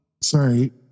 sorry